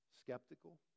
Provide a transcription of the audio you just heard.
skeptical